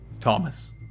Thomas